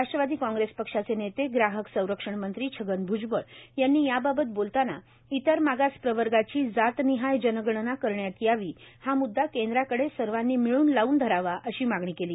Rashtrawadi Congress पक्षाचे नेते ग्राहक संरक्षण मंत्री छगन भ्जबळ यांनी याबाबत बोलताना इतरमागास प्रवर्गाची जातनिहाय जनगणना करण्यात यावी हा म्ददा केंद्राकडे सर्वांनी मिळून लावून धरावा अशी मागणी केली